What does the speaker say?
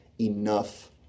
enough